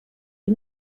die